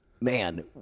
Man